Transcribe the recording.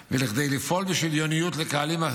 וכדי לפעול בשוויוניות לקהלים אחרים,